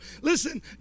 listen